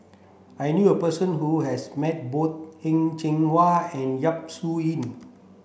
I knew a person who has met both Heng Cheng Hwa and Yap Su Yin